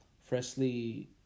freshly